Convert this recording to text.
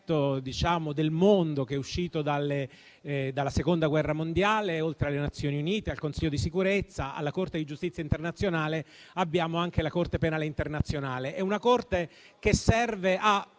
l'assetto del mondo che è uscito dalla Seconda guerra mondiale: oltre alle Nazioni Unite, al Consiglio di sicurezza e alla Corte di giustizia internazionale, abbiamo anche la Corte penale internazionale. Si tratta di una Corte che serve a